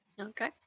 Okay